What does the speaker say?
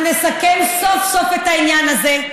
אנחנו נסכם סוף-סוף את העניין הזה,